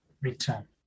return